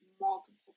multiple